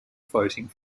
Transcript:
voting